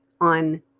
on